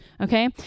Okay